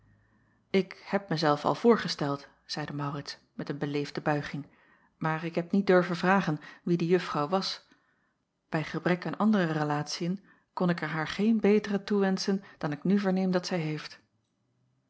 ik heb mij zelf al voorgesteld zeide maurits met een beleefde buiging maar ik heb niet durven vragen wie de juffrouw was bij gebrek aan andere relatiën kon ik er haar geen betere toewenschen dan ik nu verneem dat zij heeft